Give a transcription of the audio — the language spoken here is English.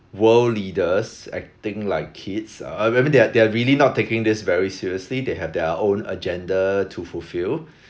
world leaders acting like kids I I mean they're they're really not taking this very seriously they have their own agenda to fulfil